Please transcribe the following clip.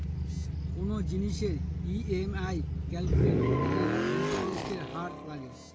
কোনো জিনিসের EMI calculate করতে ইন্টারেস্টের হার লাগে